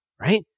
right